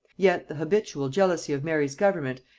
yet the habitual jealousy of mary's government,